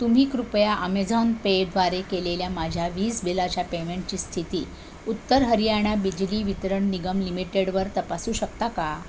तुम्ही कृपया अमेझॉन पेद्वारे केलेल्या माझ्या वीज बिलाच्या पेमेंटची स्थिती उत्तर हरियाणा बिजली वितरण निगम लिमिटेडवर तपासू शकता का